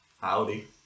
Howdy